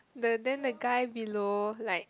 the then the guy below like